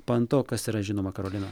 panto kas yra žinoma karolina